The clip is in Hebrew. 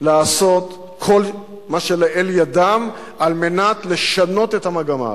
לעשות כל מה שלאל ידם על מנת לשנות את המגמה הזאת.